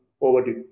overdue